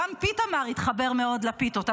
גם פיתמר התחבר מאוד לפיתות.